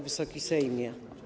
Wysoki Sejmie!